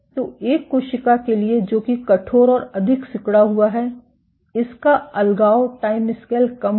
तो एक कोशिका के लिए जो कि कठोर और अधिक सिकुड़ा हुआ है इसका अलगाव टाइमस्केल कम होगा